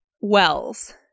Wells